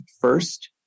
first